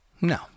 No